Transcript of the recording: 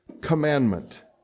commandment